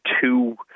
two